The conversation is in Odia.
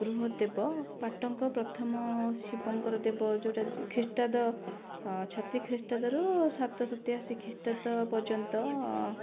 ଗୃହଦେବ ପାଟଙ୍କ ପ୍ରଥମ ଶିବଙ୍କର ଦେବ ଯଉଟା ଖ୍ରୀଷ୍ଟାବ୍ଦ ଛତି ଖ୍ରୀଷ୍ଟାଦ୍ଦରୁ ସାତଶହ ତେୟାଅଶି ଖ୍ରୀଷ୍ଟାବ୍ଦ ପର୍ଯ୍ୟନ୍ତ